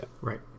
Right